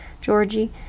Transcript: georgie